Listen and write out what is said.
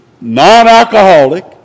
non-alcoholic